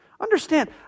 Understand